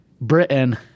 Britain